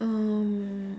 um